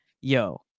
yo